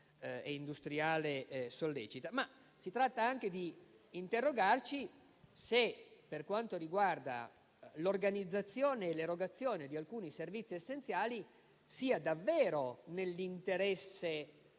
e industriale sollecita, ma anche di interrogarci se, per quanto riguarda l'organizzazione e l'erogazione di alcuni servizi essenziali, sia davvero nell'interesse